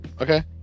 okay